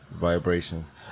vibrations